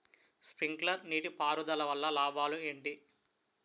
Sprinkler నీటిపారుదల వల్ల లాభాలు ఏంటి?